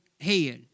head